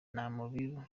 namubiru